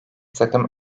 takım